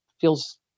feels